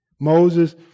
Moses